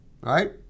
right